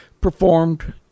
Performed